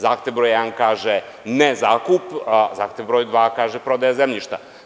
Zahtev broj jedan kaže – ne zakup, a zahtev broj dva kaže – prodaja zemljišta.